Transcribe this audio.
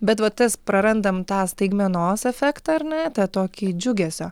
bet va tas prarandam tą staigmenos efektą ar ne tą tokį džiugesio